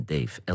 Dave